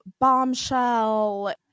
bombshell